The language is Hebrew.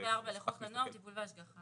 --- סעיף 24 לחוק הנוער (טיפול והשגחה).